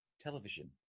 television